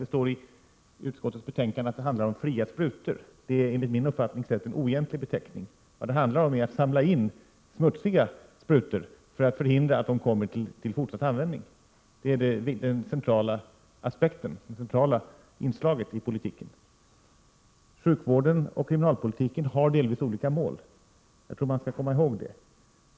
Det står i utskottets betänkande att det handlar om fria sprutor, men det är enligt min uppfattning en oegentlig beteckning. Vad det handlar om är att samla in smutsiga sprutor för att förhindra att de kommer till fortsatt användning. Det är det centrala inslaget i politiken. Sjukvården och kriminalpolitiken har delvis olika mål. Jag tror att man skall komma ihåg det.